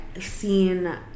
seen